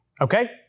okay